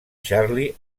charlie